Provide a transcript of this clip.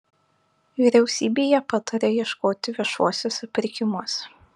vyriausybei jie pataria ieškoti viešuosiuose pirkimuose